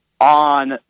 on